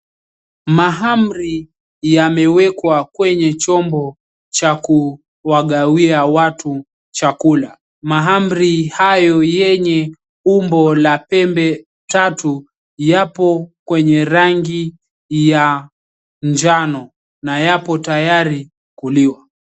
Mahamri yamewekwa kwenye chombo cha kuwagawia watu chakula. Mahamri hayo yenye umbo la pembe tatu, yapo kwenye rangi ya njano na yapo tayari kuliwa.